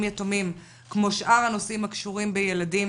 יתומים כמו שאר הנושאים הקשורים בילדים,